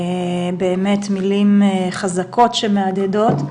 באמת מלים חזקות שמהדהדות.